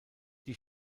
die